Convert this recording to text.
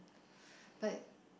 but